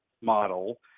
model